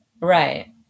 Right